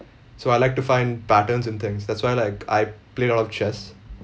so I like to find patterns in things that's why like I played a lot of chess